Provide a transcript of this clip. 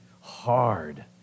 hard